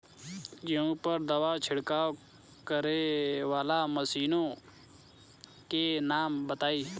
गेहूँ पर दवा छिड़काव करेवाला मशीनों के नाम बताई?